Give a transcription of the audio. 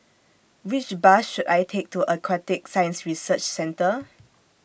Which Bus should I Take to Aquatic Science Research Centre